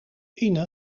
ine